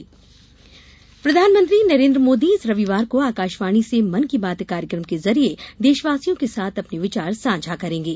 मन की बात प्रधानमंत्री नरेंद्र मोदी इस रविवार को आकाशवाणी से मन की बात कार्यक्रम के जरिए देशवासियों के साथ अपने विचार साझा करेंगे